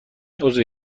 عضو